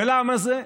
ולמה זה?